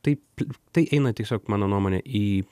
taip tai eina tiesiog mano nuomone į